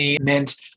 meant